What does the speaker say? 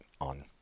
on